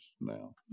now